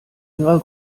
ihrer